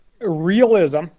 realism